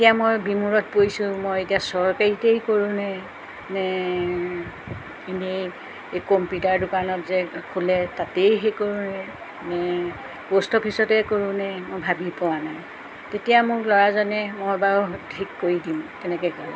এতিয়া মই বিমুৰত পৰিছোঁ মই এতিয়া চৰকাৰীতেই কৰোঁনে এনে এই কম্পিউটাৰ দোকানত যে খোলে তাতেই সেই কৰোঁনে নে প'ষ্ট অফিচতে কৰোঁনে মই ভাবি পোৱা নাই তেতিয়া মোক ল'ৰাজনে মই বাৰু ঠিক কৰি দিম তেনেকৈ ক'লে